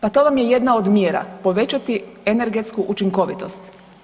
Pa to vam je jedna od mjera, povećati energetsku učinkovitost.